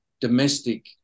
domestic